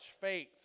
faith